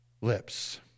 lips